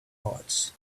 parts